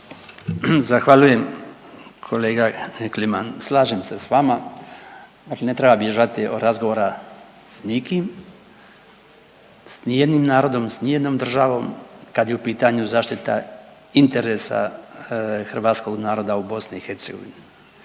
Zahvaljujem kolega Kliman. Slažem se s vama, dakle ne treba bježati od razgovora s nikim, s nijednim narodom, s nijednom državom kad je u pitanju zaštita interesa hrvatskog naroda u BiH, prije